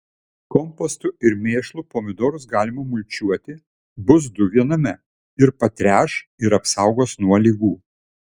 kompostu ir mėšlu pomidorus galima mulčiuoti bus du viename ir patręš ir apsaugos nuo ligų